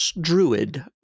druid